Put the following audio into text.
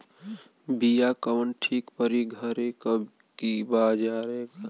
बिया कवन ठीक परी घरे क की बजारे क?